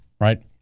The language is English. right